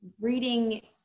reading